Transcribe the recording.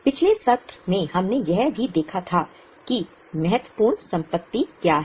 पिछले सत्र में हमने यह भी देखा था कि महत्वपूर्ण संपत्ति क्या हैं